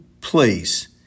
place